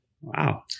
Wow